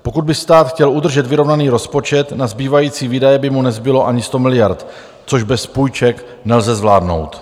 Pokud by stát chtěl udržet vyrovnaný rozpočet, na zbývající výdaje by mu nezbylo ani 100 miliard, což bez půjček nelze zvládnout.